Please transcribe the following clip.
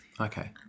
Okay